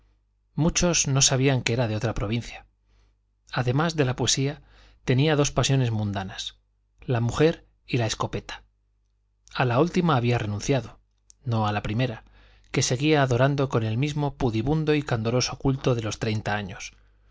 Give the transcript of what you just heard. muchos no sabían que era de otra provincia además de la poesía tenía dos pasiones mundanas la mujer y la escopeta a la última había renunciado no a la primera que seguía adorando con el mismo pudibundo y candoroso culto de los treinta años